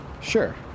Sure